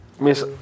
Miss